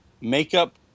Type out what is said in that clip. makeup